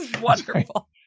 wonderful